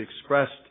expressed